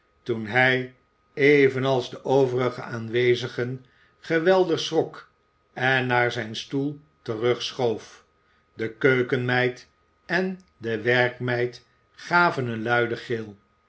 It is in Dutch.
toen hij evenals de overige aanwezigen geweldig schrok en naar zijn stoel terugschoof de keukenmeid en de werkmeid gaven een luiden gil